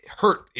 hurt